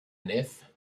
nef